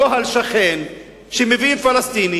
נוהל שכן, כשמביאים פלסטיני